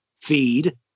feed